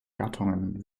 gattungen